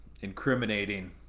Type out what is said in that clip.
incriminating